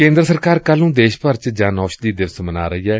ਕੇਂਦਰ ਸਰਕਾਰ ਕੱਲੁ ਨੂੰ ਦੇਸ਼ ਭਰ ਚ ਜਨ ਔਸ਼ਧੀ ਦਿਵਸ ਮਨਾ ਰਹੀ ਏ